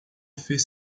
fez